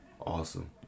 awesome